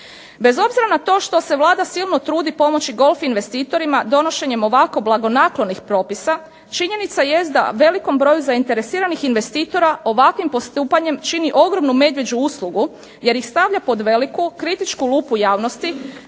Bez obzira što se Vlada toliko trudi pomoći golf investitorima donošenjem ovako blagonaklonih propisa, činjenica jest da velikom broju zainteresiranih investitora ovakvim postupanjem čini ogromnu medvjeđu uslugu jer ih stavlja pod veliku kritičku lupu javnosti,